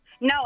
No